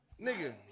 nigga